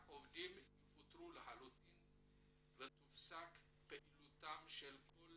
תשעה עובדים יפוטרו ותופסק פעילותם של כל